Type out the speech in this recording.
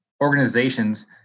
organizations